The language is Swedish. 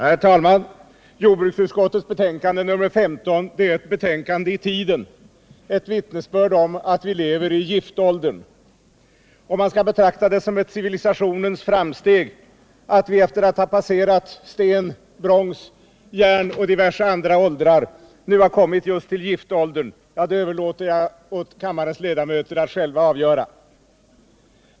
Herr talman! Jordbruksutskottets betänkande nr 15 är ett betänkande i tiden, ett vittnesbörd om att vi lever i giftåldern. Om man skall betrakta det som ett civilisationens framsteg att vi efter att ha passerat sten-, brons-, järnoch diverse andra åldrar nu har kommit till just giftåldern, överlåter jag åt kammarens ledamöter att själva avgöra.